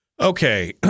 Okay